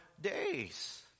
days